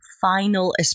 final